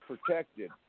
protected